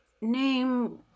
name